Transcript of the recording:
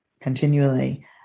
continually